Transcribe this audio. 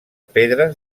pedres